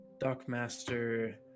Dockmaster